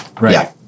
Right